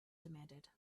demanded